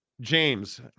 James